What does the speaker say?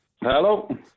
Hello